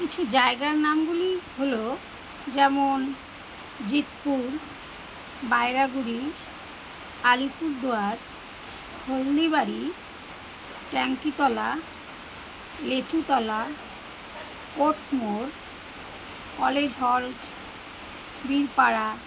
কিছু জায়গার নামগুলি হলো যেমন Jitpur Bairaguri Alipurduar Haldibari Tankitala Lichutala court More college halt Birpara